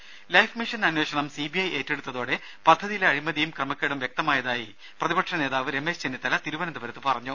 ദ്ദേ life mission അന്വേഷണം C B I ഏറ്റെടുത്തതോടെ പദ്ധതിയിലെ അഴിമതിയും ക്രമക്കേടും വ്യക്തമായതായി പ്രതിപക്ഷനേതാവ് രമേശ് ചെന്നിത്തല തിരുവനന്തപുരത്ത് പറഞ്ഞു